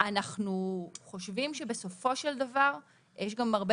אנחנו חושבים שבסופו של דבר יש גם הרבה